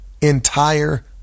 entire